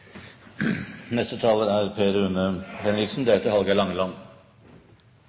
Neste taler er Erling Sande, deretter